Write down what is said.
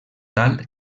tal